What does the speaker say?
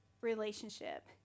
relationship